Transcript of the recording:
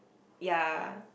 ya